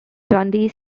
dundee